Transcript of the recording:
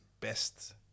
best